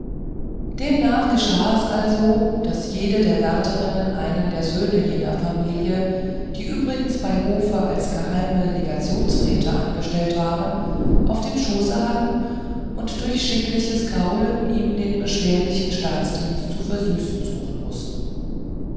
demnach geschah es also daß jede der wärterinnen einen der söhne jener familie die übrigens bei hofe als geheime legationsräte angestellt waren auf dem schoße halten und durch schickliches krauen ihm den beschwerlichen staatsdienst zu versüßen suchen mußte